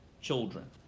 children